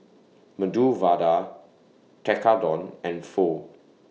Medu Vada Tekkadon and Pho